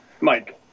Mike